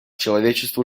человечеству